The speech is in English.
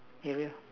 area